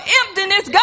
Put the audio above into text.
emptiness